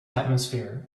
atmosphere